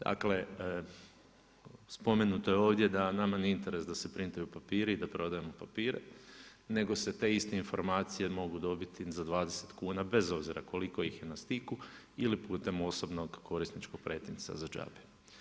Dakle, spomenuto je ovdje da nama nije interes da se printaju papiri i da prodajemo papire, nego se te iste informacije mogu dobiti za 20 kuna bez obzira koliko ih je na stiku ili putem osobnog korisničkog pretinca za džabe.